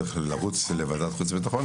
צריך לרוץ לוועדת חוץ וביטחון,